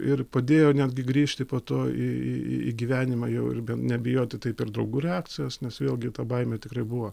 ir padėjo netgi grįžti po to į į į į gyvenimą jau ir nebijoti taip ir draugų reakcijos nes vėlgi ta baimė tikrai buvo